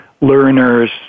learners